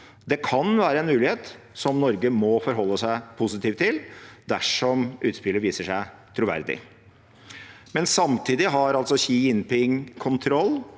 Det kan være en mulighet som Norge må forholde seg positiv til, dersom utspillet viser seg troverdig. Men samtidig har altså Xi Jinping kontroll